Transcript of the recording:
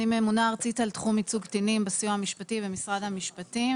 אני ממונה ארצית על תחום ייצוג קטינים בסיוע המשפטי במשרד המשפטים.